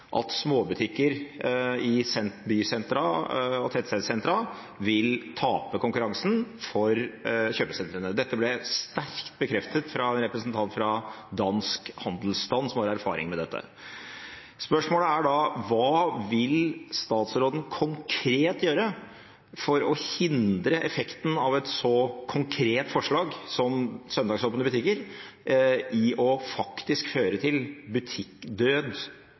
at småbutikker i bysentra og tettstedsentra vil tape konkurransen med kjøpesentrene. Dette ble sterkt bekreftet fra en representant fra dansk handelsstand, som har erfaring med dette. Spørsmålet er da: Hva vil statsråden konkret gjøre for å hindre at effekten av et så konkret forslag som søndagsåpne butikker blir butikkdød i byer og tettsteder, utenom kjøpesentrene? Som jeg viste til,